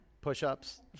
push-ups